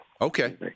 Okay